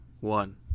one